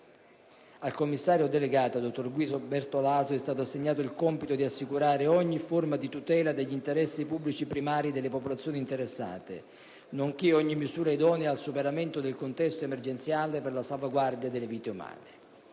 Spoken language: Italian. Al commissario delegato, dottor Guido Bertolaso, è stato assegnato il compito di assicurare ogni forma di tutela degli interessi pubblici primari delle popolazioni interessate, nonché ogni misura idonea al superamento del contesto emergenziale per la salvaguardia delle vite umane.